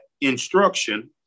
instruction